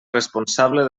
responsable